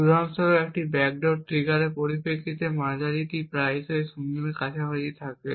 উদাহরণস্বরূপ একটি ব্যাকডোর ট্রিগারের পরিপ্রেক্ষিতে মাঝারিটি প্রায়শই শূন্যের কাছাকাছি থাকে